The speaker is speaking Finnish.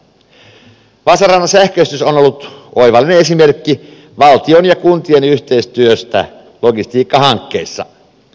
vaasan radan sähköistys on ollut oivallinen esimerkki valtion ja kuntien yhteistyöstä logistiikkahankkeissa